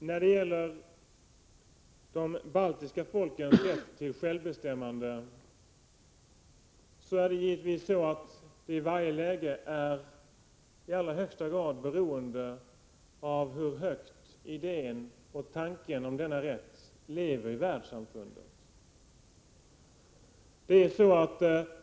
Herr talman! När det gäller de baltiska folkens rätt till självbestämmande vill jag säga att möjligheten att förverkliga denna rätt givetvis i allra högsta grad är beroende av i vilken utsträckning den idén och tanken är levande i världssamfundet.